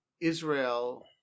Israel